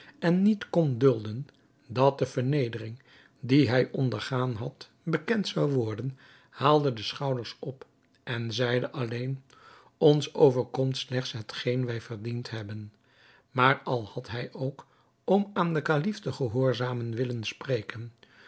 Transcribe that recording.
en niet kon dulden dat de vernedering die hij ondergaan had bekend zou worden haalde de schouders op en zeide alleen ons overkomt slechts hetgeen wij verdiend hebben maar al had hij ook om aan den kalif te gehoorzamen willen spreken